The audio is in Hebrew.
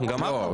נכון.